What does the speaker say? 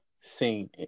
seen